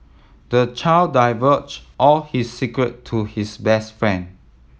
the child divulged all his secret to his best friend